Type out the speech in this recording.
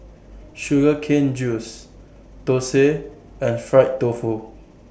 Sugar Cane Juice Thosai and Fried Tofu